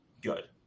good